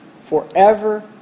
forever